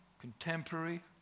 contemporary